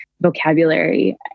vocabulary